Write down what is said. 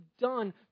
done